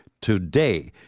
today